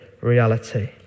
reality